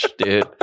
dude